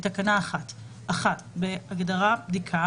בתקנה 1- 1. בהגדרה "בדיקה",